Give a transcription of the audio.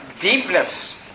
deepness